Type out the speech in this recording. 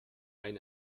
ein